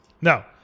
No